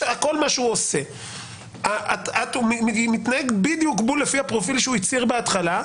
הוא מתנהג בדיוק לפי הפרופיל שהוא הצהיר בהתחלה,